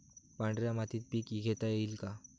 पांढऱ्या मातीत पीक घेता येईल का?